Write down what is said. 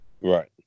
Right